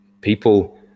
People